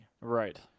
right